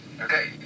Okay